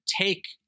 take